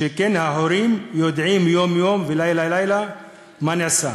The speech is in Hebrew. שההורים יודעים יום-יום ולילה-לילה מה נעשה.